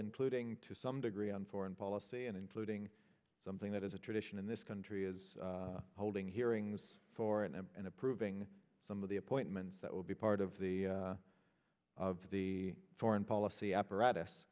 including to some degree on foreign policy and including something that is a tradition in this country is holding hearings for and approving some of the appointments that would be part of the of the foreign policy apparatus